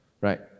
right